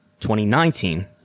2019